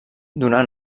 donà